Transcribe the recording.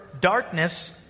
darkness